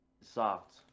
soft